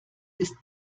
ist